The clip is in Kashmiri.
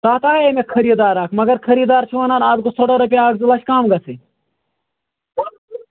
تَتھ آیاے مےٚ خٔریٖدار اَکھ مگر خٔریٖدار چھُ وَنان اَتھ گوٚژھ تھوڑا رۄپیہِ اَکھ زٕ لَچھ رۄپیہِ کَم گَژھنۍ